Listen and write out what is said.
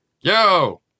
yo